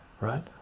right